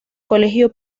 colegio